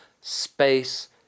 space